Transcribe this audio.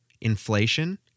inflation